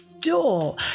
door